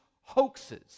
hoaxes